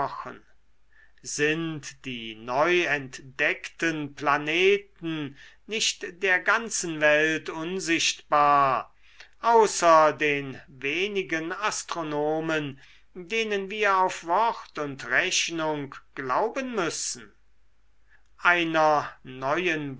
sind die neu entdeckten planeten nicht der ganzen welt unsichtbar außer den wenigen astronomen denen wir auf wort und rechnung glauben müssen einer neuen